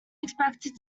expected